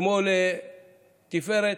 ששמו לתפארת.